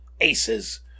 aces